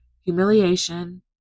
humiliation